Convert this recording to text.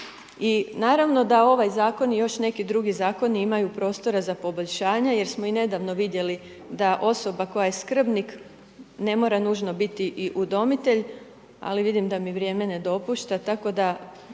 i naravno da ovaj Zakon i još neki drugi Zakoni imaju prostora za poboljšanje jer smo i nedavno vidjeli da osoba koja je skrbnik ne mora nužno biti i udomitelj, ali vidim da mi vrijeme ne dopušta,